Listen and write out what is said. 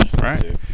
Right